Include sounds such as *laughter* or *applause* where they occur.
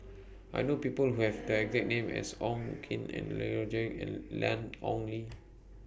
I know People Who Have The *noise* exact name as Wong Keen and *unintelligible* and Ian Ong Li